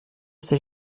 s’est